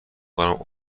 کنم